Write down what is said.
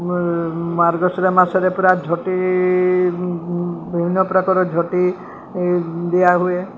ମାର୍ଗଶୀରେ ମାସରେ ପୁରା ଝୋଟି ବିଭିନ୍ନ ପ୍ରକାର ଝୋଟି ଦିଆହୁଏ